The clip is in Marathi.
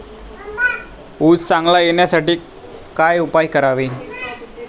ऊस चांगला येण्यासाठी काय उपाय करावे?